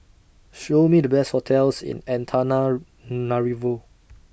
Show Me The Best hotels in Antananarivo